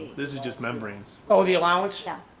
this is just membranes, oh, the allowance? yeah.